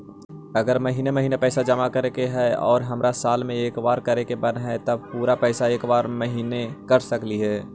अगर महिने महिने पैसा जमा करे के है और हमरा साल में एक बार करे के मन हैं तब पुरा पैसा एक बार में महिना कर सकली हे?